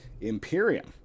Imperium